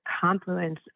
confluence